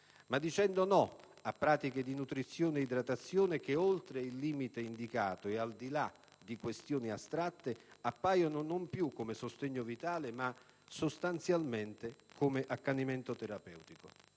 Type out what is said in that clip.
ma dicendo no a pratiche di nutrizione/idratazione che, oltre il limite indicato e al di là di questioni astratte, appaiono non più come sostegno vitale, ma sostanzialmente come accanimento terapeutico.